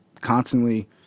constantly